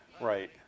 right